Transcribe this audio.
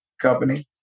company